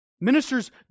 Ministers